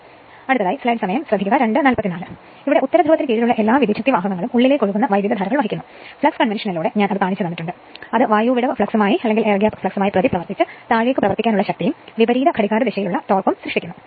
അടുത്തത് ഉത്തരധ്രുവത്തിന് കീഴിലുള്ള എല്ലാ വിദ്യുച്ഛക്തിവാഹകങ്ങളും ഉള്ളിലേക്ക് ഒഴുകുന്ന വൈദ്യുതധാരകൾ വഹിക്കുന്നു ഫ്ലക്സ് കൺവെൻഷനിലൂടെ ഞാൻ അത് കാണിച്ചു അത് വായു വിടവ് ഫ്ലക്സുമായി പ്രതിപ്രവർത്തിച്ച് താഴേക്ക് പ്രവർത്തിക്കാനുള്ള ശക്തിയും വിപരീത ഘടികാരദിശയിലുള്ള ടോർക്കും സൃഷ്ടിക്കുന്നു